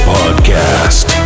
Podcast